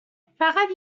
فقط